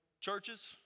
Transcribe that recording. churches